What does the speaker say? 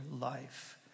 life